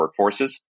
workforces